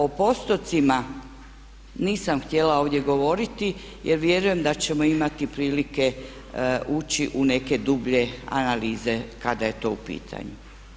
O postotcima nisam htjela ovdje govoriti jer vjerujem da ćemo imati prilike ući u neke dublje analize kada je to u pitanju.